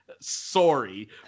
sorry